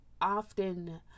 often